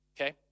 okay